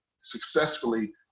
successfully